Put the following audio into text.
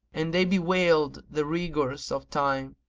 and they bewailed the rigours of time,